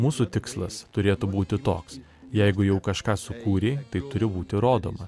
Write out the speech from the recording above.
mūsų tikslas turėtų būti toks jeigu jau kažką sukūrei tai turi būti rodoma